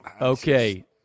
Okay